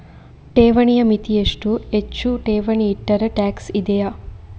ಠೇವಣಿಯ ಮಿತಿ ಎಷ್ಟು, ಹೆಚ್ಚು ಠೇವಣಿ ಇಟ್ಟರೆ ಟ್ಯಾಕ್ಸ್ ಇದೆಯಾ?